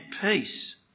peace